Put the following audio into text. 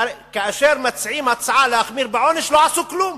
שכאשר מציעים הצעה להחמיר בעונש, לא עשו כלום.